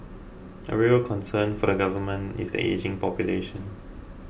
a real concern for the Government is the ageing population